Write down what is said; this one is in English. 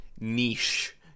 niche